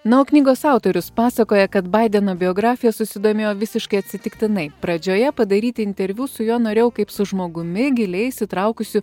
na o knygos autorius pasakoja kad baideno biografija susidomėjo visiškai atsitiktinai pradžioje padaryti interviu su juo norėjau kaip su žmogumi giliai įsitraukusiu